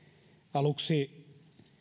aluksi